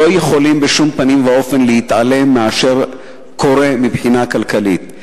לא יכולים בשום פנים ואופן להתעלם ממה שקורה מבחינה כלכלית.